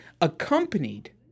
accompanied